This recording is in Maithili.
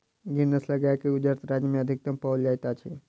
गिर नस्लक गाय गुजरात राज्य में अधिकतम पाओल जाइत अछि